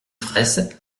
fraysse